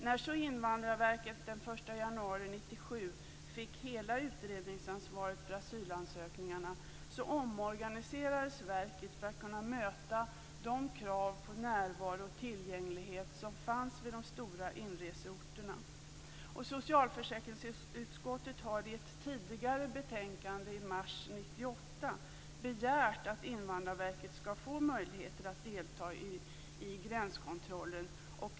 När så Invandrarverket den 1 januari 1997 fick hela utredningsansvaret för asylansökningarna omorganiserades verket för att kunna möta de krav på närvaro och tillgänglighet som fanns vid de stora inreseorterna. Socialförsäkringsutskottet har i ett tidigare betänkande i mars 1998 begärt att Invandrarverket skall få möjligheter att delta i gränskontroller.